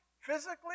physically